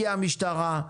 הגיעה המשטרה,